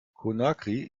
conakry